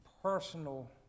Personal